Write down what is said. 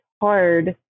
hard